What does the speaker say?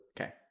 Okay